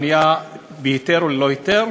בנייה בהיתר וללא היתר.